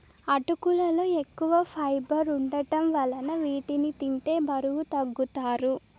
అటుకులలో ఎక్కువ ఫైబర్ వుండటం వలన వీటిని తింటే బరువు తగ్గుతారు